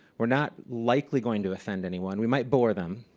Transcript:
we're not likely going to offend anyone. we might bore them,